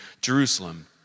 Jerusalem